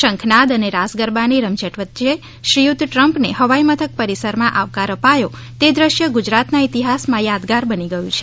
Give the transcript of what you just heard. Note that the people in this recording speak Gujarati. શંખનાદ અને રસ ગરબા ની રમઝટ વચ્ચે શ્રીયુત ટ્રમ્પને હવાઈ મથક પરિસર માં આવકાર અપાયો તે દ્રશ્ય ગુજરાત ના ઇતિહાસ માં યાદગાર બની ગયું છે